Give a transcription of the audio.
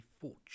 fortune